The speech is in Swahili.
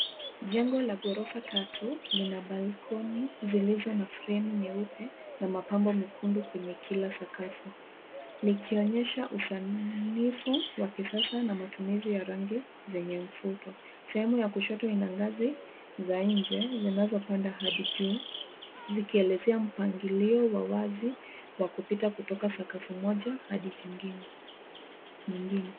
Jengo la ghorofa tatu lina balcony zilizo na fremu nyeupe na mapambo mekundu kwenye kila sakafu. Likionyesha usamifu wa kisasa na matumizi ya rangi zenye mvuto. Sehemu ya kushoto ina ngazi za njee zinazopanda hadi juu, zikielezea mpangilio wa wazi wa kupita sakafu moja hadi jingine nyingine.